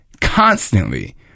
constantly